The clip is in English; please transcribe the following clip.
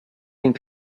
think